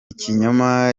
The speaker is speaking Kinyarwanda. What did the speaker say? ikinyoma